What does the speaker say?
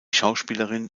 schauspielerin